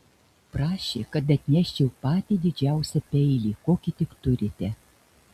prašė kad atneščiau patį didžiausią peilį kokį tik turite